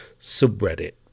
subreddit